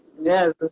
yes